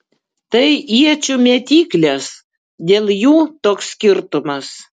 tai iečių mėtyklės dėl jų toks skirtumas